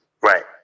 Right